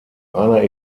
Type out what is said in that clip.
einer